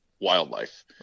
wildlife